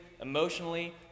emotionally